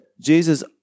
jesus